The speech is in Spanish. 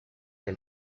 del